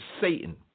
Satan